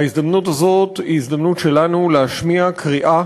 ההזדמנות הזאת היא הזדמנות שלנו להשמיע קריאה